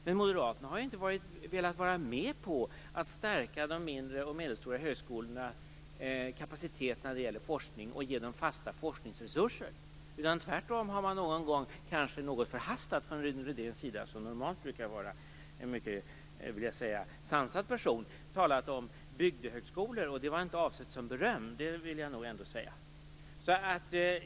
Men Moderaterna har inte velat vara med på att stärka de mindre och medelstora högskolornas kapacitet när det gäller forskning och ge dem fasta forskningsresurser. Tvärtom har man någon gång - kanske något förhastat från Rune Rydéns sida, som normalt brukar vara en mycket sansad person - talat om bygdehögskolor, och då var det inte avsett som beröm. Det vill jag nog ändå säga.